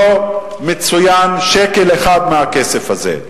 לא מצוין שקל אחד מהכסף הזה.